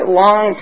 long